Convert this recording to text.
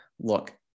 Look